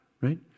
right